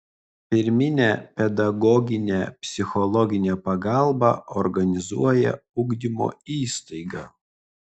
pirminę pedagoginę psichologinę pagalbą organizuoja ugdymo įstaiga